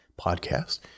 podcast